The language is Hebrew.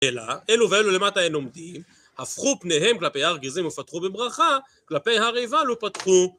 אלו ואלו למטה הן עומדים, הפכו פניהם כלפי הר גזים ופתחו בברכה, כלפי הר ריבל ופתחו